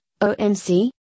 OMC